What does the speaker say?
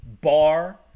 Bar